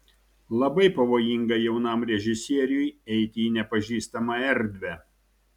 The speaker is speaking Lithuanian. labai pavojinga jaunam režisieriui eiti į nepažįstamą erdvę